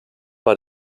war